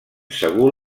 segur